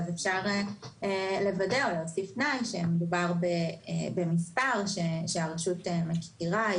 אז אפשר להוסיף תנאי שמדובר במספר שהרשות מכירה,